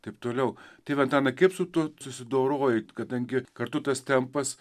taip toliau tai va antanai kaip su tuo susidorojai kadangi kartu tas tempas